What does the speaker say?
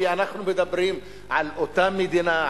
כי אנחנו מדברים על אותה מדינה,